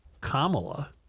Kamala